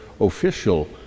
official